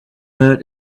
her